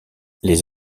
les